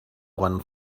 won